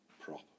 prop